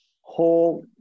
whole